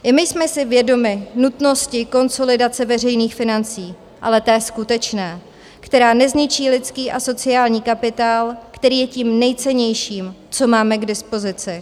I my jsme si vědomi nutnosti konsolidace veřejných financí, ale té skutečné, která nezničí lidský a sociální kapitál, který je tím nejcennějším, co máme k dispozici.